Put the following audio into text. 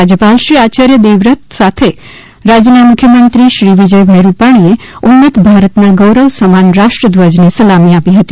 રાજ્યપાલશ્રી આચાર્ય દેવવ્રત સાથે રાજયના મુખ્યમંત્રીશ્રી વિજયભાઇ રૂપાણીએ ઉન્નત ભારતના ગૌરવ સમાન રાષ્ટ્રધ્વજને સલામી આપી હતી